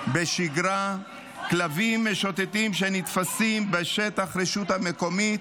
בשגרה כלבים משוטטים שנתפסים בשטח הרשות המקומית,